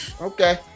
okay